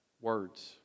Words